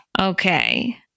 Okay